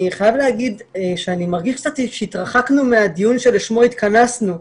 אני מרגיש שהתרחקנו מהדיון שלשמו התכנסנו,